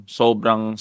sobrang